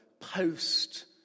post